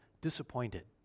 disappointed